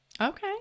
Okay